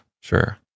Sure